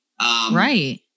Right